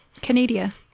Canada